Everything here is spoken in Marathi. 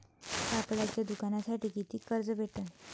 कापडाच्या दुकानासाठी कितीक कर्ज भेटन?